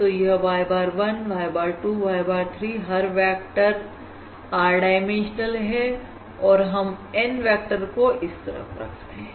तो यह y bar 1 y bar 2 y bar 3 हर वेक्टर r डाइमेंशनल हैऔर हम n वेक्टरको इस तरफ रख रहे हैं